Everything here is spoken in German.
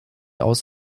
aus